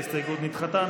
ההסתייגות נדחתה.